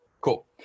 Cool